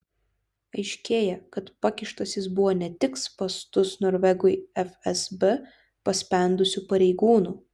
aiškėja kad pakištas jis buvo ne tik spąstus norvegui fsb paspendusių pareigūnų